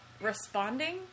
responding